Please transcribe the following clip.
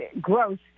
growth